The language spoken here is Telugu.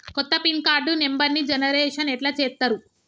కొత్త పిన్ కార్డు నెంబర్ని జనరేషన్ ఎట్లా చేత్తరు?